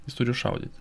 jis turi šaudyt